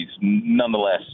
nonetheless